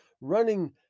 running